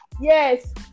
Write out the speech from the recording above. Yes